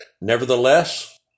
Nevertheless